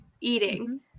eating